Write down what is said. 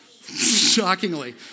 shockingly